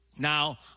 Now